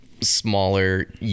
smaller